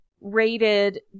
rated